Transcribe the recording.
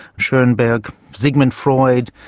schoenberg, sigmund freud,